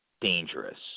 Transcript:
dangerous